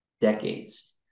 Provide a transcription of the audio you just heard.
decades